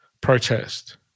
protest